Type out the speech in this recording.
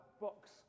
box